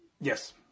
Yes